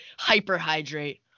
hyperhydrate